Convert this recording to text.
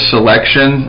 Selection